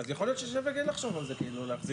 אז יכול להיות שווה כן לחשוב על זה, להחזיר.